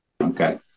Okay